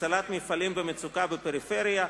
הצלת מפעלים במצוקה בפריפריה,